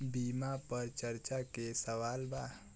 बीमा पर चर्चा के सवाल बा?